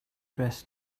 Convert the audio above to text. dress